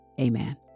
Amen